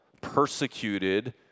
persecuted